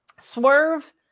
Swerve